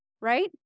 right